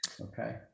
okay